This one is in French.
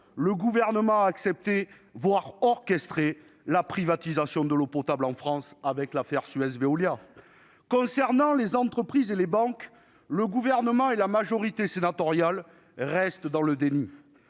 le Gouvernement a accepté, voire orchestré, la privatisation de l'eau potable en France avec l'affaire Suez-Véolia. En ce qui concerne les entreprises et les banques, le Gouvernement et la majorité sénatoriale restent dans le déni.